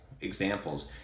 examples